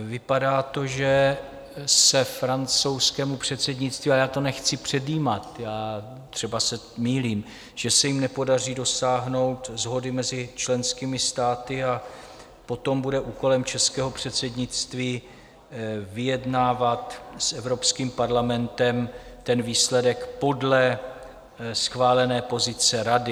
Vypadá to, že se francouzskému předsednictví, ale já to nechci předjímat, třeba se mýlím, že se jim nepodaří dosáhnout shody mezi členskými státy, a potom bude úkolem českého předsednictví vyjednávat s Evropským parlamentem ten výsledek podle schválené pozice Rady.